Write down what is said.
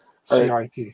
CIT